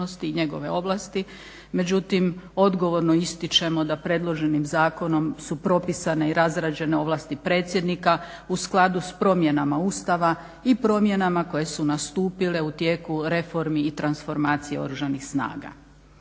i njegove ovlasti. Međutim, odgovorno ističemo da predloženim zakonom su propisane i razrađene ovlasti predsjednika u skladu sa promjenama Ustava i promjenama koje su nastupile u tijeku reformi i transformacije Oružanih snaga.